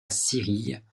cyrille